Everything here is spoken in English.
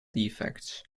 defects